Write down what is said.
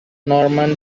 norman